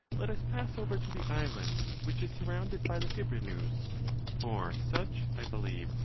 let us pass over to the island which is surrounded by the fibrenus, for such, i believe,